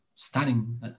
stunning